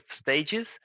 stages